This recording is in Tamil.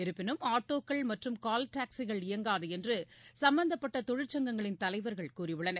இருப்பினும் ஆட்டோக்கள் மற்றும் கால் டாக்சிகள் இயங்காது என்று சம்பந்தப்பட்ட தொழிற்சங்கங்களின் தலைவர்கள் கூறியுள்ளனர்